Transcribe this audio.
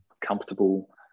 comfortable